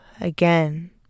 Again